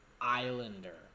islander